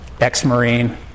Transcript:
ex-Marine